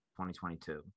2022